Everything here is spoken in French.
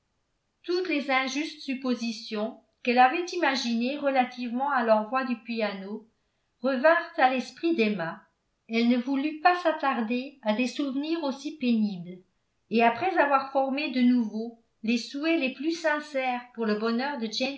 toutes les injustes suppositions qu'elle avait imaginées relativement à l'envoi du piano revinrent à l'esprit d'emma elle ne voulut pas s'attarder à des souvenirs aussi pénibles et après avoir formé de nouveau les souhaits les plus sincères pour le bonheur de